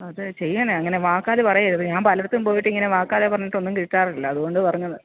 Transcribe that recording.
ആ അത് ചെയ്യണം അങ്ങനെ വാക്കാൽ പറയരുത് ഞാന് പലയിടത്തും പോയിട്ട് ഇങ്ങനെ വാക്കാൽ പറഞ്ഞിട്ട് ഒന്നും കിട്ടാറില്ല അതുകൊണ്ട് പറഞ്ഞതാണ്